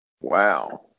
wow